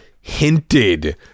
hinted